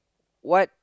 what